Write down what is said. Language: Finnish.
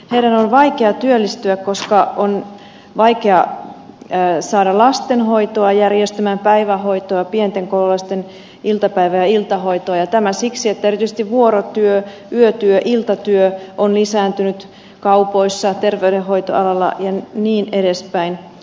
heidän on vaikea työllistyä koska on vaikea saada lastenhoitoa järjestymään päivähoitoa pienten koululaisten iltapäivä ja iltahoitoa ja tämä siksi että erityisesti vuorotyö yötyö iltatyö on lisääntynyt kaupoissa terveydenhoitoalalla ja niin edelleen